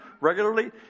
regularly